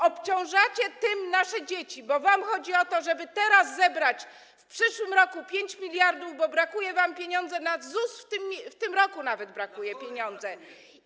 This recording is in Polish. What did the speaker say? Obciążacie tym nasze dzieci, bo wam teraz chodzi o to, żeby zebrać w przyszłym roku 5 mld, bo brakuje wam pieniędzy na ZUS, w tym roku nawet brakuje pieniędzy.